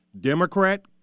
Democrat